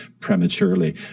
prematurely